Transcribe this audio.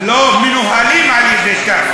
לא, מנוהלים על-ידי ת'.